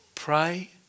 Pray